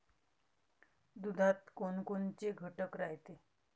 दुधात कोनकोनचे घटक रायते?